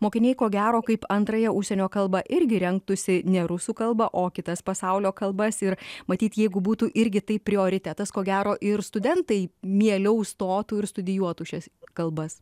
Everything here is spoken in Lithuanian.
mokiniai ko gero kaip antrąją užsienio kalbą irgi rinktųsi ne rusų kalbą o kitas pasaulio kalbas ir matyt jeigu būtų irgi tai prioritetas ko gero ir studentai mieliau stotų ir studijuotų šias kalbas